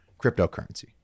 cryptocurrency